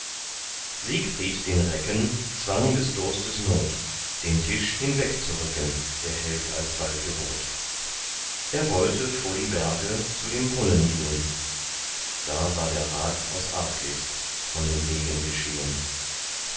siegfried den recken zwang des durstes not den tisch hinwegzurücken der held alsbald gebot er wollte vor die berge zu dem brunnen gehen da war der rat aus arglist von den degen geschehen